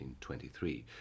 1923